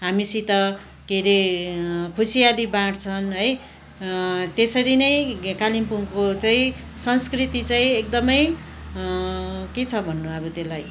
हामीसित के अरे खुसीयाली बाड्छन् है त्यसरी नै कालिम्पोङको चाहि संस्कृति चाहिँ एकदमै के छ भन्नु अब त्यसलाई